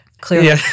clearly